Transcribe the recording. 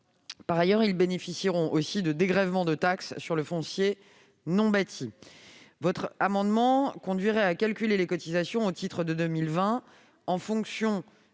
la mi-décembre. Ils bénéficieront, en outre, de dégrèvements de taxe sur le foncier non bâti. Votre amendement conduirait à calculer les cotisations au titre de 2020 en fonction